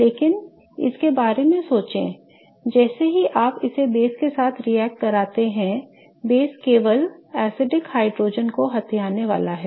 लेकिन इसके बारे में सोचें जैसे ही आप इसे बेस के साथ रिएक्ट करते हैं बेस केवल अम्लीय हाइड्रोजन को हथियाने वाला है